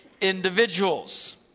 individuals